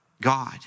God